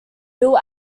bill